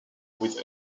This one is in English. with